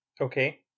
Okay